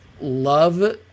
love